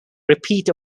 repeat